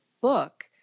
book